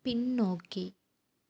பின்னோக்கி